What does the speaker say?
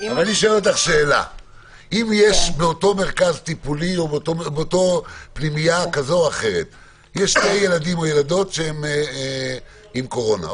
שיש באותה פנימייה שני מאובחנים עם קורונה.